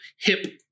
hip